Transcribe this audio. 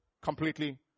Completely